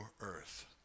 earth